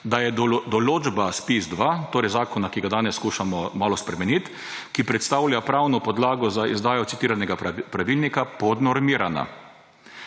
da je določba ZPIZ-2,« torej zakona, ki ga danes skušamo malo spremeniti, »ki predstavlja pravno podlago za izdajo citiranega pravilnika, podnormirana